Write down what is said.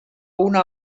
una